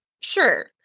Sure